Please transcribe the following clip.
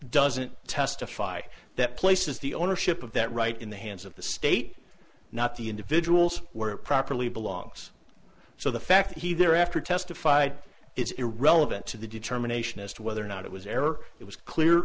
doesn't testify that places the ownership of that right in the hands of the state not the individuals were properly belongs so the fact that he thereafter testified is irrelevant to the determination as to whether or not it was error it was clear